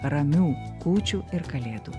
ramių kūčių ir kalėdų